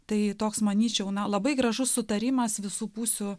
tai toks manyčiau labai gražus sutarimas visų pusių